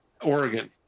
Oregon